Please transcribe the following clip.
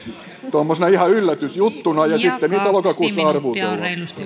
tuommoisena ihan yllätysjuttuna ja sitten niitä lokakuussa arvuutellaan